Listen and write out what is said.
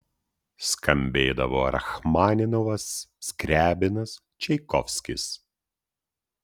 skambėdavo rachmaninovas skriabinas čaikovskis